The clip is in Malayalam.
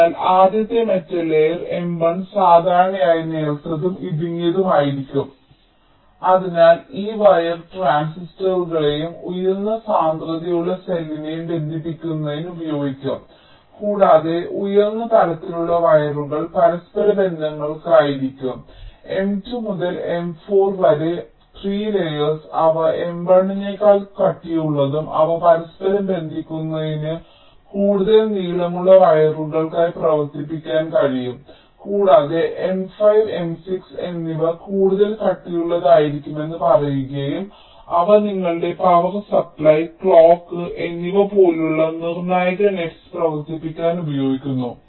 അതിനാൽ ആദ്യത്തെ മെറ്റൽ ലേയേർ M1 സാധാരണയായി നേർത്തതും ഇടുങ്ങിയതുമായിരിക്കും അതിനാൽ ഈ വയർ ട്രാൻസിസ്റ്ററുകളെയും ഉയർന്ന സാന്ദ്രതയുള്ള സെല്ലിനെയും ബന്ധിപ്പിക്കുന്നതിന് ഉപയോഗിക്കും കൂടാതെ ഉയർന്ന തലത്തിലുള്ള വയറുകൾ പരസ്പരബന്ധങ്ങൾക്ക് ആയിരിക്കും M2 മുതൽ M4 വരെ 3 ലേയേർസ് അവ M1 നേക്കാൾ കട്ടിയുള്ളതും അവ പരസ്പരം ബന്ധിപ്പിക്കുന്നതിന് കൂടുതൽ നീളമുള്ള വയറുകൾക്കായി പ്രവർത്തിപ്പിക്കാൻ കഴിയും കൂടാതെ M5 M6 എന്നിവ കൂടുതൽ കട്ടിയുള്ളതായിരിക്കുമെന്ന് പറയുകയും അവ നിങ്ങളുടെ പവർ സപ്ലൈ ക്ലോക്ക് എന്നിവ പോലുള്ള നിർണായക നെറ്സ് പ്രവർത്തിപ്പിക്കാൻ ഉപയോഗിക്കുന്നു